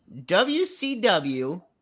WCW